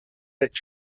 let